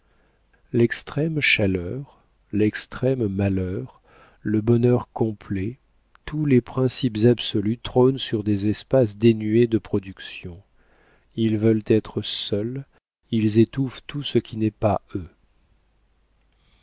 l'extrême chaleur l'extrême malheur le bonheur complet tous les principes absolus trônent sur des espaces dénués de productions ils veulent être seuls ils étouffent tout ce qui n'est pas eux